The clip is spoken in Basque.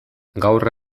gaur